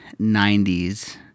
90s